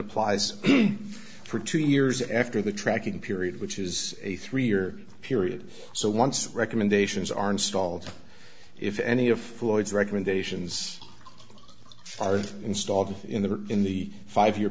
applies for two years after the tracking period which is a three year period so once the recommendations are installed if any of floyd's recommendations far installed in the in the five year